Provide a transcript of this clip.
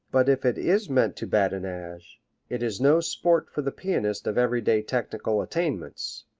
but if it is meant to badinage, it is no sport for the pianist of everyday technical attainments.